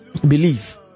Believe